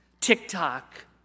TikTok